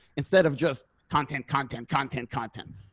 instead of just content. content content. content.